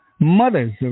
mothers